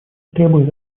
требует